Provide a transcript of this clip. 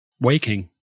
waking